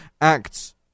acts